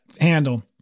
handle